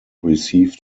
received